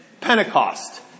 Pentecost